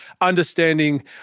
understanding